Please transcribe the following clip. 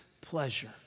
pleasure